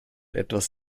etwas